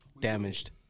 damaged